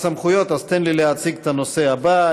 תן לי להציג את הנושא הבא.